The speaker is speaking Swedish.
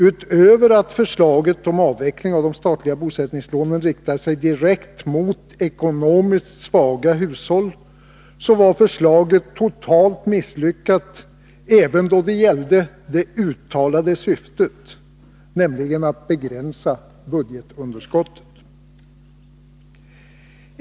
Utöver att förslaget om avveckling av de statliga bosättningslånen riktade sig direkt mot ekonomiskt svaga hushåll var förslaget totalt misslyckat även då det gällde det klart uttalade syftet, nämligen att begränsa budgetunderskottet.